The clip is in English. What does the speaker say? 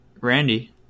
Randy